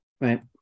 Right